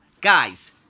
guys